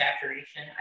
saturation